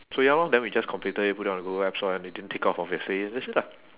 so ya lor then we just completed it put it on google app store and it didn't take off obviously